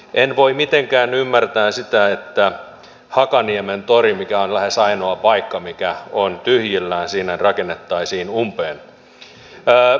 en voi mitenkään ymmärtää sitä että hakaniemen tori mikä on lähes ainoa paikka mikä on tyhjillään siinä rakennettaisiin umpeen